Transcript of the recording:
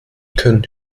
können